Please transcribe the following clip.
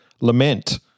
lament